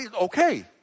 okay